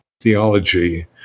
theology